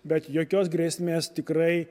bet jokios grėsmės tikrai